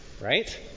right